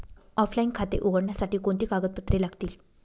Offline खाते उघडण्यासाठी कोणती कागदपत्रे लागतील?